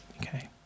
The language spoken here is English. okay